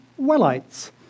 Wellites